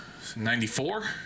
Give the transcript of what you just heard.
94